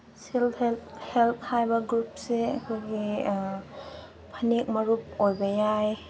self help ꯍꯥꯏꯕ ꯒ꯭ꯔꯨꯞꯁꯦ ꯑꯩꯈꯣꯏꯒꯤ ꯐꯅꯦꯛ ꯃꯔꯨꯞ ꯑꯣꯏꯕ ꯌꯥꯏ